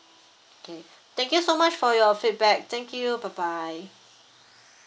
mm thank you so much for your feedback thank you bye bye